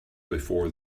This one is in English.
before